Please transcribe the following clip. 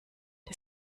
der